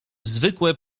zwykłe